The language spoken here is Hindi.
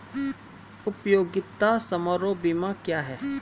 उपयोगिता समारोह बीमा क्या है?